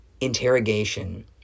interrogation